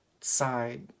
side